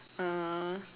uh